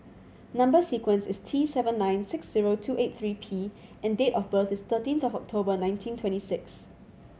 number sequence is T seven nine six zero two eight three P and date of birth is thirteenth of October nineteen twenty six